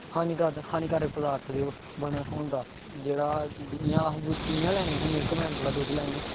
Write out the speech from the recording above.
हानिकारक हानिकारक पदार्थ दे ओह् बने दा होंदा जेह्ड़ा इ'यां अस इ'यां लैन्ने अस मिल्क मैन कोला दुद्ध लैन्ने